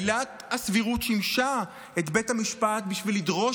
ועילת הסבירות שימשה את בית המשפט בשביל לדרוש